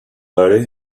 hurry